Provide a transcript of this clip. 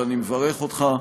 ואני מברך אותך,